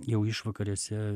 jau išvakarėse